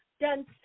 done